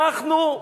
אנחנו?